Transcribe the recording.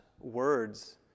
words